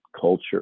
culture